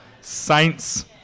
Saints